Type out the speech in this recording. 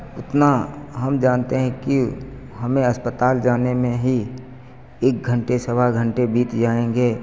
उतना हम जानते है कि हमें अस्पताल जाने में ही एक घंटे सवा घंटे बीत जाएँगे